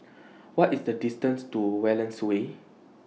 What IS The distance to Wallace Way